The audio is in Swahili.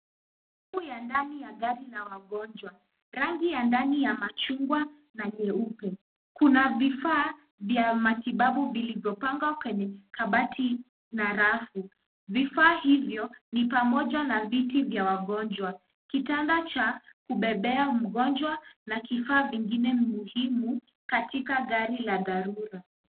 Sehemu ya ndani la gari la wagonjwa. Rangi ya ndani ya machungwa na nyeupe. Kuna vifaa vya matibabu vilivyopangwa kwenye kabati na rafu. Vifaa hivyo ni pamoja na viti vya wagonjwa, kitanda cha kubebea wagonjwa na kifaa vingine muhimu katika gari la dharura.